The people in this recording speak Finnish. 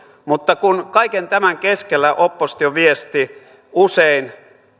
mutta kun kaiken tämän keskellä opposition viesti usein